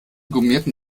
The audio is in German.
gummierten